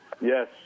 Yes